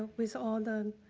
with all the,